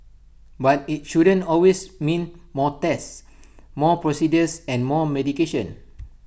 but IT shouldn't always mean more tests more procedures and more medication